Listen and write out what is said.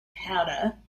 powder